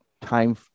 time